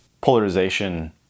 polarization